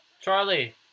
Charlie